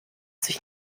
sich